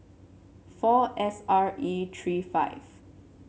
four S R E three five